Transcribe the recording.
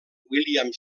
william